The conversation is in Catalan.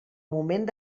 moment